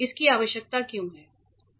इसकी आवश्यकता क्यों है